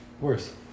Worse